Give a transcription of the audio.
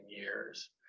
years